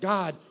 God